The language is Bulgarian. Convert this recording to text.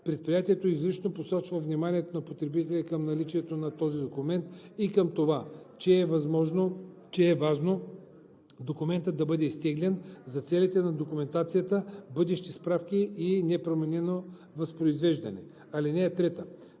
Предприятието изрично насочва вниманието на потребителя към наличието на този документ и към това, че е важно документът да бъде изтеглен за целите на документацията, бъдещи справки и непроменено възпроизвеждане. (3) При